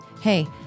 Hey